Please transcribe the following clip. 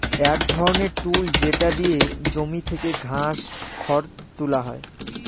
এক ধরনের টুল যেটা দিয়ে জমি থেকে ঘাস, খড় তুলা হয়